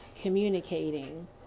communicating